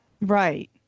Right